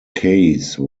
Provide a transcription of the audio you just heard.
case